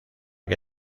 que